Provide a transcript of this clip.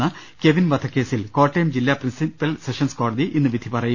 ടുന്ന Kevin വധക്കേസിൽ കോട്ടയം ജില്ലാ principal sessions കോടതി ഇന്ന് വിധി പറയും